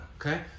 okay